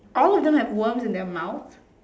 all of them have worms in their mouth